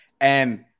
and-